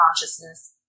consciousness